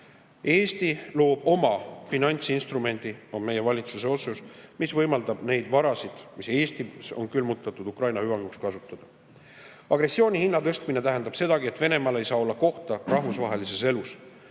Eesti loob oma finantsinstrumendi – see on meie valitsuse otsus –, mis võimaldab neid varasid, mis Eestis on külmutatud, Ukraina hüvanguks kasutada. Agressiooni hinna tõstmine tähendab sedagi, et Venemaal ei saa olla kohta rahvusvahelises elus.